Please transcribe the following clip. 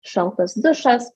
šaltas dušas